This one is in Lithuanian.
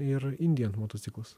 ir indian motociklas